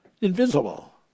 Invisible